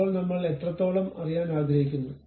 ഇപ്പോൾ നമ്മൾ എത്രത്തോളം അറിയാൻ ആഗ്രഹിക്കുന്നു